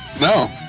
no